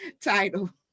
title